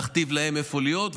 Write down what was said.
אנחנו לא נכתיב להם איפה להיות,